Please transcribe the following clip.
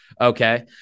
Okay